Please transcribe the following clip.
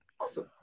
awesome